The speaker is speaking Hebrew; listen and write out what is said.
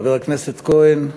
חבר הכנסת כהן,